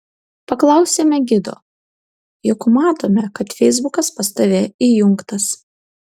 paklausėme gido juk matome kad feisbukas pas tave įjungtas